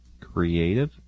creative